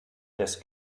des